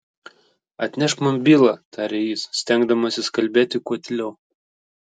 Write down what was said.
atnešk man bylą tarė jis stengdamasis kalbėti kuo tyliau